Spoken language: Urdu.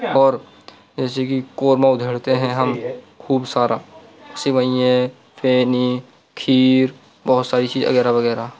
اور جیسے کہ قورمہ ادھیڑتے ہیں ہم خوب سارا سوییں پھینی کھیر بہت ساری چیز وغیرہ وغیرہ